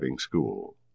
school